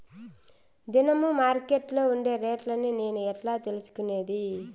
దినము మార్కెట్లో ఉండే రేట్లని నేను ఎట్లా తెలుసుకునేది?